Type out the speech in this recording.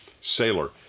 Sailor